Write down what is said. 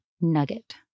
nugget